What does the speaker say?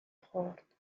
خورد